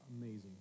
amazing